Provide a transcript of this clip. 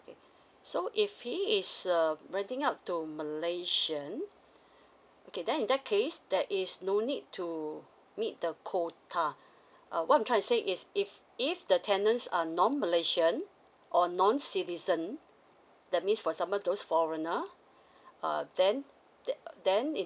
okay so if he is err renting out to malaysian okay then in that case that is no need to meet the quota um what I'm trying to say is if if the tenants are non malaysian or non citizen that means for someone those foreigner uh then then in